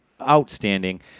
outstanding